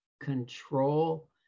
control